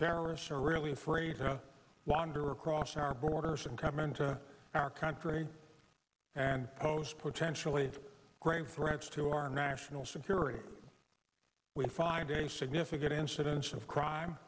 terrorists are really afraid to wander across our borders and come into our country and post potentially great threats to our national security we find a significant incidence of crime